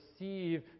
receive